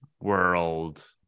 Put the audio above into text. world